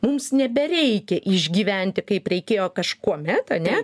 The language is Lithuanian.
mums nebereikia išgyventi kaip reikėjo kažkuomet ane